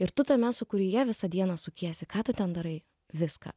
ir tu tame sūkuryje visą dieną sukiesi ką tu ten darai viską